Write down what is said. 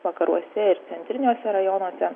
vakaruose ir centriniuose rajonuose